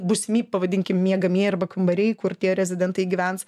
būsimi pavadinkim miegamieji arba kambariai kur tie rezidentai gyvens